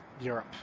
Europe